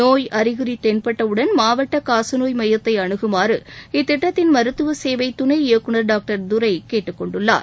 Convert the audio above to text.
நோய் அறிகுறி தென்பட்டவுடன் மாவட்ட காசநோய் மையத்தை அணுகுமாறு இத்திட்டத்தின் மருத்துவ சேவை துணை இயக்குநர் டாக்டர் துரை கேட்டுக்கொண்டுள்ளார்